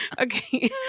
okay